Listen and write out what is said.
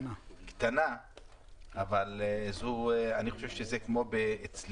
קטנה במספרים אבל אני חושב שזה כמו אצלי,